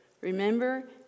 Remember